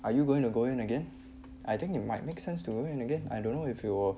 are you going to go in again I think it might make sense to go in again I don't know if you